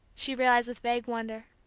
she realized with vague wonder,